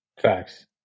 Facts